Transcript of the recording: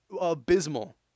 abysmal